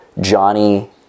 Johnny